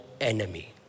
enemy